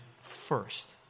first